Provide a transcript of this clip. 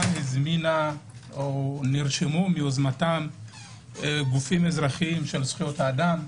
הזמינה או נרשמו מיוזמתם גופים אזרחיים של זכויות אדם,